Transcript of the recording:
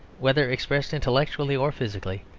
whether expressed intellectually or physically,